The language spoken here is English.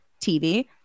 TV